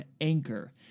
Anchor